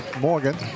Morgan